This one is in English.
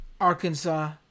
Arkansas